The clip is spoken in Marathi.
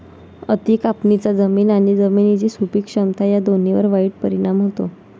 अति कापणीचा जमीन आणि जमिनीची सुपीक क्षमता या दोन्हींवर वाईट परिणाम होतो